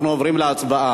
אנחנו עוברים להצבעה.